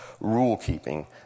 rule-keeping